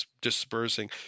dispersing